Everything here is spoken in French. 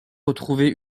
retrouver